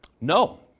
No